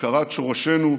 הכרת שורשינו,